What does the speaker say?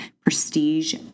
Prestige